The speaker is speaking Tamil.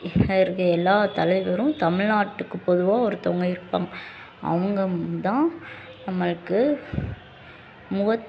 இருக்கிற எல்லா தலைவரும் தமிழ்நாட்டுக்கு பொதுவாக ஒருத்தவங்க இருப்பாங்க அவங்க தான் நம்மளுக்கு முவத்